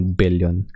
billion